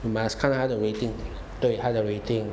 you must 看他的 rating 对他的 rating